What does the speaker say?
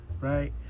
right